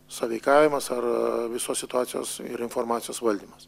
sąveikavimas ar visos situacijos ir informacijos valdymas